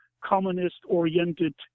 communist-oriented